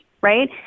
right